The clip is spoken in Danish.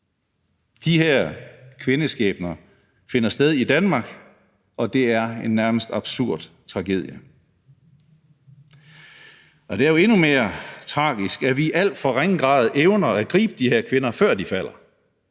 De her kvindeskæbner finder sted i Danmark, og det er en nærmest absurd tragedie, og det er jo endnu mere tragisk, at vi i alt for ringe grad evner at gribe de her kvinder, før de falder.